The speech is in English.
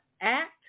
act